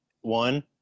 one